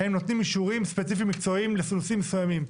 הם נותנים אישורים ספציפיים מקצועיים לנושאים מסוימים.